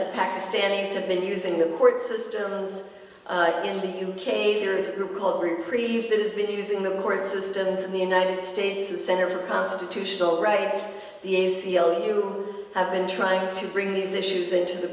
that pakistanis have been using the word systems in the u k there is a group called reprieve that has been using the word systems in the united states the center for constitutional rights the a c l u have been trying to bring these issues into the